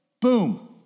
boom